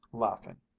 laughing,